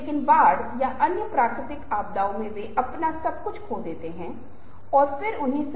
इसलिए प्रौद्योगिकी काफी आगे आ गई है और यह तेजी से बढ़ रही है और इसके लिए कुछ अंतर्निहित कारण होने चाहिए